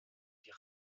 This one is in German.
die